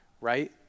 right